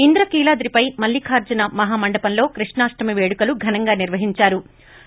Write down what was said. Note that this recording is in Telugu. ఇంద్రకీలాద్రిపై మల్లిఖార్లున మహా మండపంలో కృష్ణాష్ణమి పేడుకలు ఘనంగా నిర్వహించారు